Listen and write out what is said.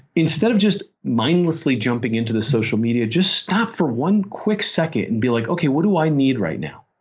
instead of just mindlessly jumping into the social media, just stop for one quick second and be like, okay what do i need right now?